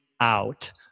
out